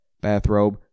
bathrobe